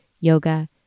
yoga